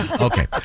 Okay